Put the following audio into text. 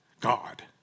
God